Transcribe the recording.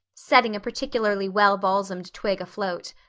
setting a particularly well-balsamed twig afloat.